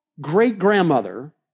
great-grandmother